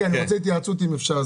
אני רוצה התייעצות אם אפשר,